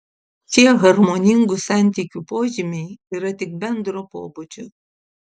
šie harmoningų santykių požymiai yra tik bendro pobūdžio